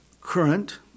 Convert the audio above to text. current